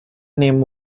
name